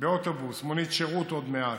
באוטובוס מונית שירות עוד מעט,